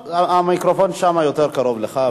המיקרופון שם יותר קרוב אליך,